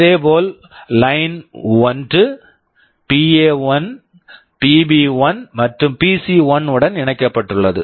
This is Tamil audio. இதேபோல் line one line1 PA one PA1 PB one PB1 மற்றும் பிசி1 PC1 உடன் இணைக்கப்பட்டுள்ளது